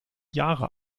jahre